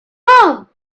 home